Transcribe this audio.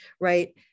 right